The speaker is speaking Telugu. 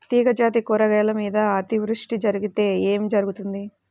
తీగజాతి కూరగాయల మీద అతివృష్టి జరిగితే ఏమి జరుగుతుంది?